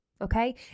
Okay